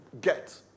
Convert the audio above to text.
get